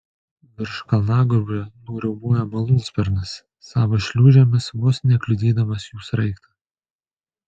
virš kalnagūbrio nuriaumojo malūnsparnis savo šliūžėmis vos nekliudydamas jų sraigto